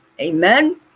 Amen